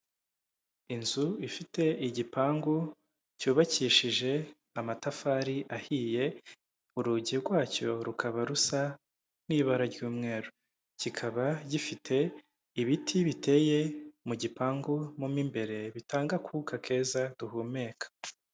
Inzu ifite igipangu cyubakishije amatafari ahiye, urugi rwacyo rukaba rusa n'ibara ry'umweru, kikaba gifite ibiti biteye mu gipangu mo imbere bitanga akuka keza duhumeka.